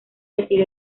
decir